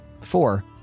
Four